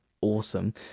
awesome